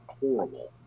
horrible